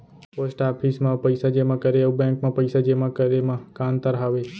post office मा पइसा जेमा करे अऊ बैंक मा पइसा जेमा करे मा का अंतर हावे